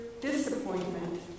disappointment